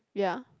ya